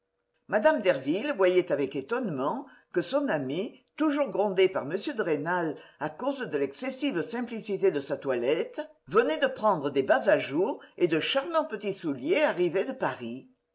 mme derville voyait avec étonnement que son amie toujours grondée par m de rênal à cause de l'excessive simplicité de sa toilette venait de prendre des bas à jour et de charmants petits souliers arrivés de paris